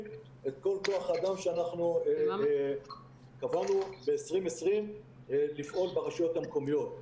את כל כוח האדם שאנחנו קבענו ב-2020 לפעול ברשויות המקומיות.